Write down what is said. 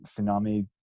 tsunami